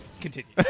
continue